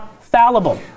fallible